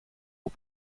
aux